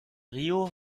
rio